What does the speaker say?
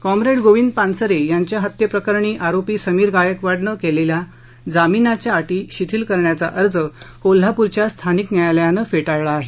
comrade गोविदं पानसरे यांच्या हत्येप्रकरणी आरोपी समीर गायकवाड केलेला जामीनाचा अटी शिथिल करण्याचा अर्ज कोल्हापरच्या स्थानिक न्यायालयानं फेटाळला आहे